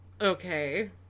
okay